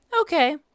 okay